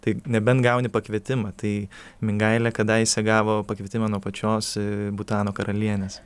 tai nebent gauni pakvietimą tai mingailė kadaise gavo pakvietimą nuo pačios butano karalienės